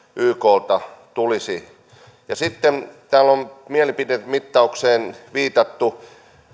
yklta tulisi sitten täällä on mielipidemittaukseen viitattu